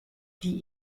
die